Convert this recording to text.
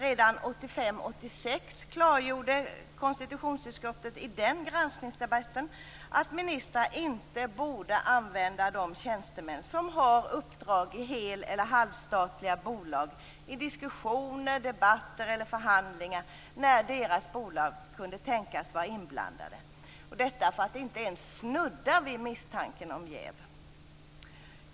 Men faktum är att konstitutionsutskottet redan i 1985/86 års granskningsdebatt klargjorde att ministrar inte borde använda de tjänstemän som har uppdrag i hel eller halvstatliga bolag i diskussioner, debatter eller förhandlingar när deras bolag kan tänkas vara inblandade - detta för att inte ens snudda vid misstanken om jäv.